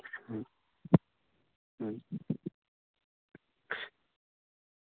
ᱦᱩᱸ